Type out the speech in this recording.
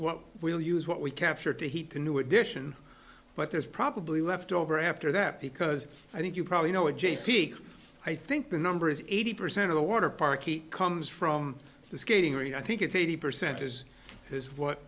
what we'll use what we capture to heat the new edition but there's probably left over after that because i think you probably know what j p i think the number is eighty percent of the water parky comes from the skating rink i think it's eighty percent is is what